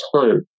time